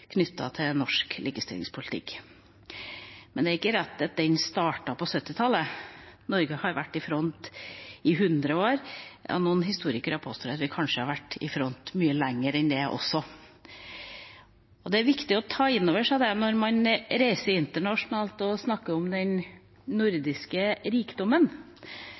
til norsk likestillingspolitikk. Men det er ikke rett at den startet på 1970-tallet; Norge har vært i front i 100 år, noen historikere påstår at vi kanskje har vært i front mye lenger enn det også. Det er viktig å ta inn over seg det, for når man reiser internasjonalt og snakker om den nordiske rikdommen,